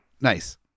Nice